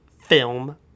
Film